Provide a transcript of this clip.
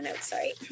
sorry